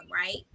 right